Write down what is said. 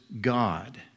God